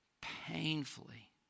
painfully